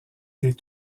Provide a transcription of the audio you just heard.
des